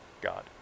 God